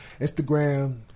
Instagram